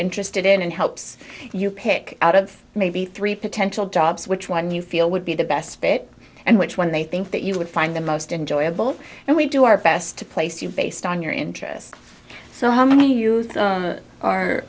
interested in and helps you pick out of maybe three potential jobs which one you feel would be the best fit and which one they think that you would find the most enjoyable and we do our best to place you based on your interest so how many